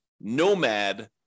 nomad